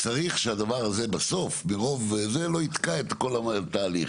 צריך שהדבר הזה בסוף לא יתקע את כל התהליך,